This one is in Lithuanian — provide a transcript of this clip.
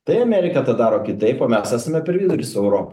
tai amerika tą daro kitaip o mes esame per vidurį su europa